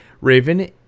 Raven